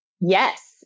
Yes